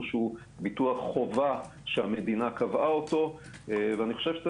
שהוא ביטוח חובה שהמדינה קבעה אותו ואני חושב שיש